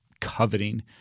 coveting